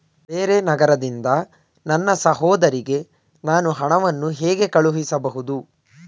ಬೇರೆ ನಗರದಿಂದ ನನ್ನ ಸಹೋದರಿಗೆ ನಾನು ಹಣವನ್ನು ಹೇಗೆ ಕಳುಹಿಸಬಹುದು?